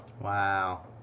Wow